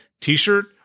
t-shirt